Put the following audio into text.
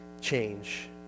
change